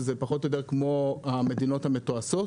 שזה פחות או יותר כמו המדינות המתועשות.